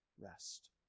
rest